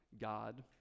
God